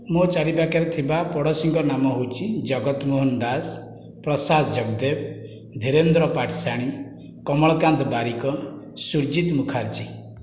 ମୋ ଚାରିପାଖରେ ଥିବା ପଡ଼ୋଶୀଙ୍କ ନାମ ହଉଛି ଜଗତ ମୋହନ ଦାସ ପ୍ରସାଦ ଜଗଦେବ ଧିରେନ୍ଦ୍ର ପାଠଶାଣୀ କମଳକାନ୍ତ ବାରିକ ସୁର୍ଜିତ ମୁର୍ଖାଜୀ